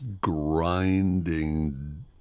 grinding